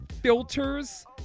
filters